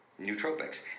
nootropics